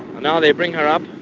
and now they bring her up.